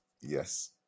Yes